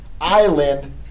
island